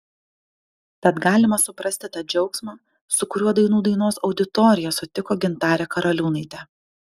tad galima suprasti tą džiaugsmą su kuriuo dainų dainos auditorija sutiko gintarę karaliūnaitę